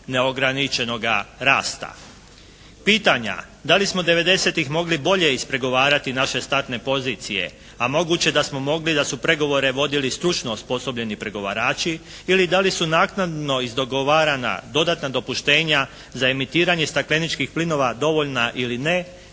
neograničenoga rasta. Pitanja da li smo 90-tih mogli bolje ispregovarati naše startne pozicije, a moguće da smo mogli da su pregovore vodili stručno osposobljeni pregovarači ili da li su naknadno izdogovarana dodatna dopuštenja za emitiranje stakleničkih plinova dovoljna ili ne,